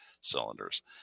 cylinders